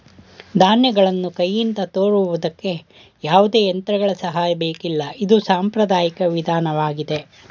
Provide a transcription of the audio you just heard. ಧಾನ್ಯಗಳನ್ನು ಕೈಯಿಂದ ತೋರುವುದಕ್ಕೆ ಯಾವುದೇ ಯಂತ್ರಗಳ ಸಹಾಯ ಬೇಕಿಲ್ಲ ಇದು ಸಾಂಪ್ರದಾಯಿಕ ವಿಧಾನವಾಗಿದೆ